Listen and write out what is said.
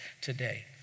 today